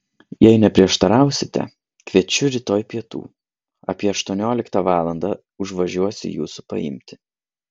jei neprieštarausite kviečiu rytoj pietų apie aštuonioliktą valandą užvažiuosiu jūsų paimti